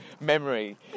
memory